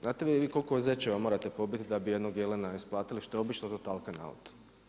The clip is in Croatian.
Znate li vi koliko zečeva morate pobiti da bi jednog jelena isplatili što je obično totalka na autu?